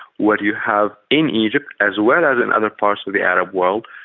what you have in egypt as well as in other parts of of the arab world,